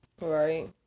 Right